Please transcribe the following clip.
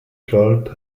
called